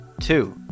two